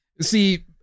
See